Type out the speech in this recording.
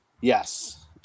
Yes